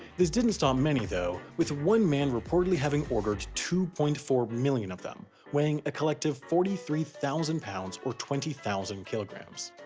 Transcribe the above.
this didn't stop many, though, with one man reportedly having ordered two point four million of them weighing a collective forty three thousand pounds or twenty thousand kilograms.